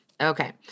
Okay